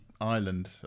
island